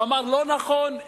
הוא אמר: לא נכון,